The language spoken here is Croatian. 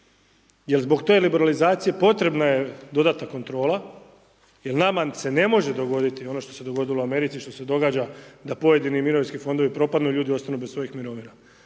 jer zbog te liberalizacije, potrebna je dodatna kontrola, jer nama se ne može dogoditi ono što se je dogodilo u Americi, što se događa, da pojedini mirovinski fondovi propadnu, ljudi ostanu bez svojih mirovina.